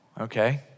Okay